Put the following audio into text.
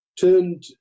turned